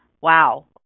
wow